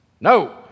no